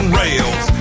rails